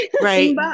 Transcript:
right